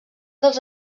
dels